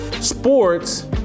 Sports